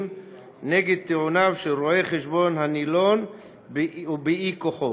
נגד טיעוניו של רואה-החשבון הנילון ובאי-כוחו.